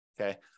okay